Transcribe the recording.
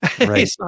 right